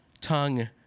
tongue